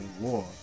war